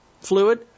fluid